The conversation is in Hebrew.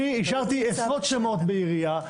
אני אישרתי עשרות שמות בעירייה,